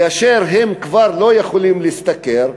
כאשר הם כבר לא יכולים להשתכר,